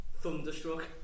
thunderstruck